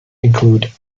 include